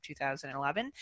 2011